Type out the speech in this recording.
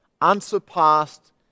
unsurpassed